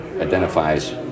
identifies